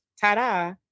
ta-da